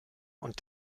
und